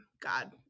God